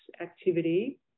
activity